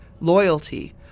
loyalty